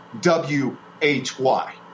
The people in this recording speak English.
W-H-Y